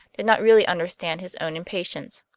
did not really understand his own impatience.